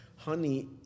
Honey